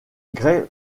grey